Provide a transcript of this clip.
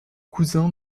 cousin